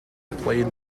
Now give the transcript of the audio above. played